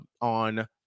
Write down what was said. on